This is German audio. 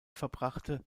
verbrachte